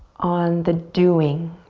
on the doing.